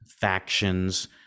factions